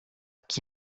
chi